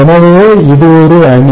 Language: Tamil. எனவே இது ஒரு அணி